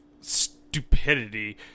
stupidity